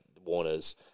Warner's